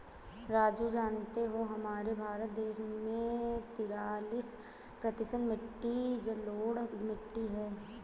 राजू जानते हो हमारे भारत देश में तिरालिस प्रतिशत मिट्टी जलोढ़ मिट्टी हैं